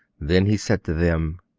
then he said to them